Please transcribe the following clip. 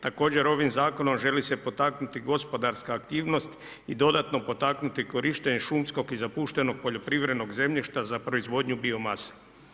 Također ovim zakonom želi se potaknuti gospodarska aktivnost i dodatno potaknuti korištenje šumskog i zapuštenog poljoprivrednog zemljišta za proizvodnju biomase.